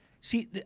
See